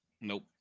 nope